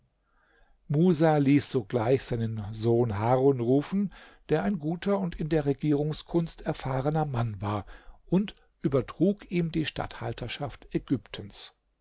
musa ließ sogleich seinen sohn harun rufen der ein guter und in der regierungskunst erfahrener mann war und übertrug ihm die statthalterschaft ägyptens